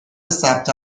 ثبت